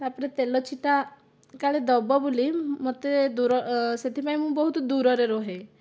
ତା'ପରେ ତେଲ ଛିଟା କାଳେ ଦେବ ବୋଲି ମୋତେ ଦୂର ସେଥିପାଇଁ ବହୁତ ଦୂରରେ ରୁହେ